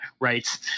Right